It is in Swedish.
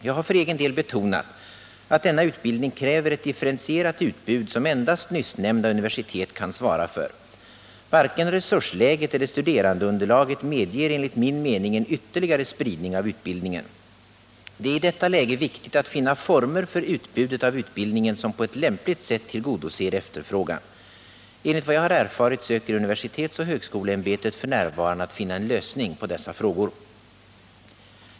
Jag har för egen del betonat att denna utbildning kräver ett differentierat utbud som endast nyssnämnda universitet kan svara för. Varken resursläget eller studerandeunderlaget medger enligt min mening en ytterligare spridning av utbildningen. Det är i detta läge viktigt att finna former för utbudet av utbildningen som på ett lämpligt sätt tillgodoser efterfrågan. Enligt vad jag har erfarit söker universitetsoch högskoleämbetet f. n. att finna en lösning på dessa frågor.